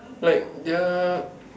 right their